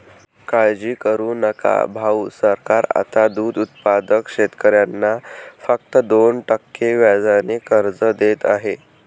काळजी करू नका भाऊ, सरकार आता दूध उत्पादक शेतकऱ्यांना फक्त दोन टक्के व्याजाने कर्ज देत आहे